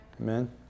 Amen